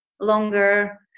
longer